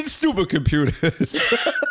supercomputers